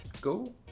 Go